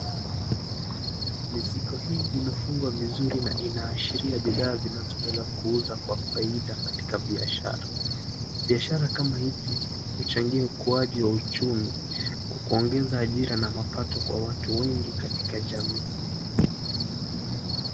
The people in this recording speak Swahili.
Mizigo hii imefungo vizuri na inaashiria bidhaa zinazoenda kuuzwa kwa faida katika biashara, biashara kama hizi huchangia ukuaji wa uchumi kwa kuongeza ajira na mapato kwa watu wengi katika jamii.